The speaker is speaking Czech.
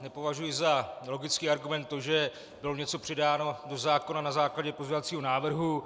Nepovažuji za nelogický argument to, že bylo něco přidáno do zákona na základě pozměňovacího návrhu.